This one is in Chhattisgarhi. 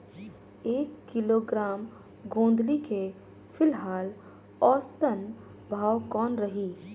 एक किलोग्राम गोंदली के फिलहाल औसतन भाव कौन रही?